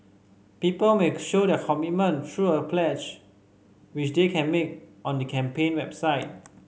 people may show their commitment through a pledge which they can make on the campaign website